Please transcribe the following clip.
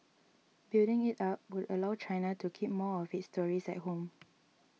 building it up would allow China to keep more of its tourists at home